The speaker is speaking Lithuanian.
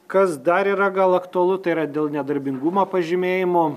kas dar yra gal aktualu tai yra dėl nedarbingumo pažymėjimo